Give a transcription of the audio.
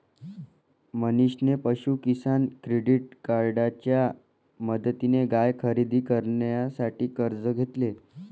मनीषने पशु किसान क्रेडिट कार्डच्या मदतीने गाय खरेदी करण्यासाठी कर्ज घेतले